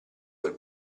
quel